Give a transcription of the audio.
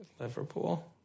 Liverpool